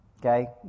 Okay